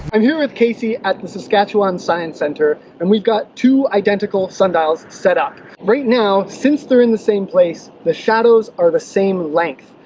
i'm here with casey at the saskatchewan science centre and we've got two identical sundials set up right now since they're in the same place the shadows are the same length.